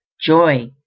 joy